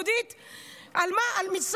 וכולנו יחד.